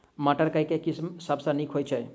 मटर केँ के किसिम सबसँ नीक होइ छै?